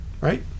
right